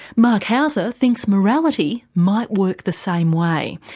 marc hauser thinks morality might work the same way.